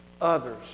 others